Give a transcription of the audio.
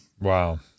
Wow